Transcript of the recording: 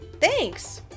Thanks